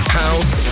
house